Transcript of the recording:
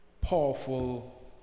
powerful